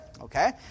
okay